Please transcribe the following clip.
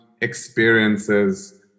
experiences